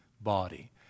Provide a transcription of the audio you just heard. body